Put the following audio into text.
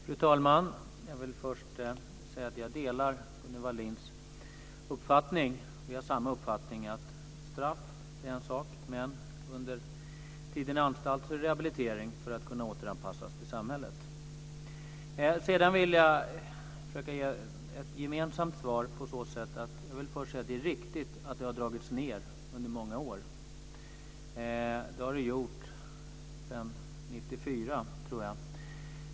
Fru talman! Först vill jag säga att jag delar Gunnel Wallins uppfattning att straff är en sak, men att tiden på anstalten är rehabilitering för att man ska kunna återanpassas till samhället. Jag vill försöka ge ett gemensamt svar. Det är riktigt att det har dragits ned under många år - sedan 1994, tror jag.